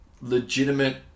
legitimate